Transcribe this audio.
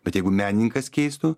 bet jeigu menininkas keistų